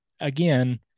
again